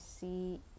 see